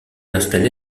installée